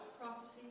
Prophecy